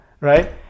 right